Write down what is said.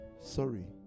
Sorry